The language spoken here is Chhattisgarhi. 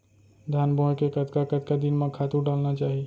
धान बोए के कतका कतका दिन म खातू डालना चाही?